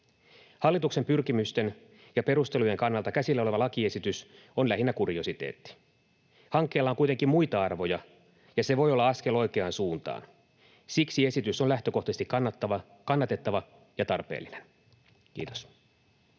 Hallituksen pyrkimysten ja perustelujen kannalta käsillä oleva lakiesitys on lähinnä kuriositeetti. Hankkeella on kuitenkin muita arvoja, ja se voi olla askel oikeaan suuntaan. Siksi esitys on lähtökohtaisesti kannatettava ja tarpeellinen. — Kiitos.